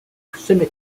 proximity